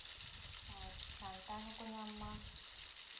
ᱥᱟᱱᱛᱟᱲ ᱦᱚᱸ ᱠᱚ ᱧᱟᱢ ᱢᱟ